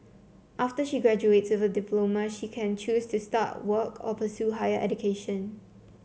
after she graduates with a diploma she can choose to start work or pursue higher education